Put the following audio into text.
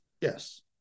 Yes